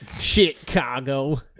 Chicago